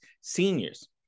seniors